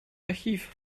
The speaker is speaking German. archiv